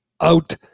out